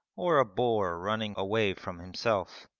or a boar running away from himself.